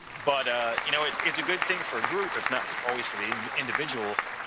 but you know it's it's a good thing for a group, if not always for the individual,